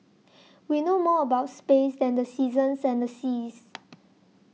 we know more about space than the seasons and the seas